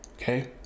Okay